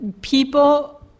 people